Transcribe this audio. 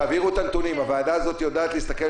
אלו חלק מהבעיות באמצעי הפיקוח הזה,